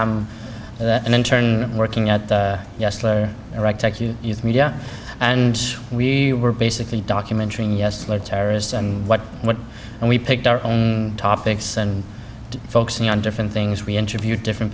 am an intern working at media and we were basically documentary terrorists and what and we picked our own topics and focusing on different things we interviewed different